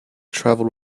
travelled